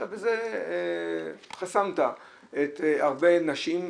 אתה בזה חסמת הרבה נשים,